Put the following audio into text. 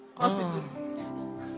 Hospital